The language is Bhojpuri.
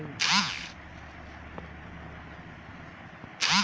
लोन के इन्टरेस्ट नाही देहले पर का होई?